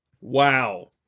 Wow